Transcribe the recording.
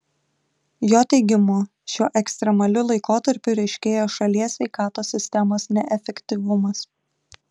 jo teigimu šiuo ekstremaliu laikotarpiu ryškėja šalies sveikatos sistemos neefektyvumas